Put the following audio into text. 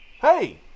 hey